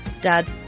Dad